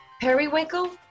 Periwinkle